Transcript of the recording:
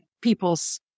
people's